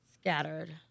Scattered